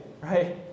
right